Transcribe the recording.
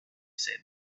said